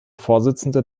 vorsitzende